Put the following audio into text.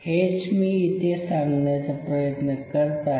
हेच मी इथे सांगण्याचा प्रयत्न करत आहे